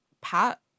Pat